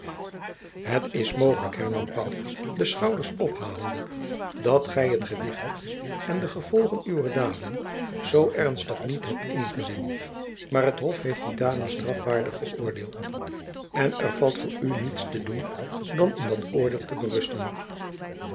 het is mogelijk hernam pauw de schouders ophalende dat gy het gewicht en de gevolgen uwer daden zoo ernstig niet hebt ingezien maar het hof heeft die daden strafwaardig geöordeeld en er valt voor u niets te doen dan in dat oordeel te berusten